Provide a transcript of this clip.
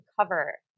cover